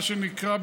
מה שנקרא,